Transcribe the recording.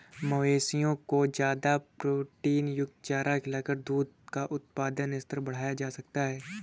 मवेशियों को ज्यादा प्रोटीनयुक्त चारा खिलाकर दूध का उत्पादन स्तर बढ़ाया जा सकता है